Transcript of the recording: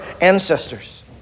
ancestors